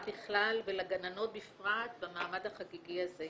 בכלל ולגננות בפרט במעמד החגיגי הזה.